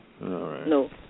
No